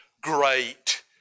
great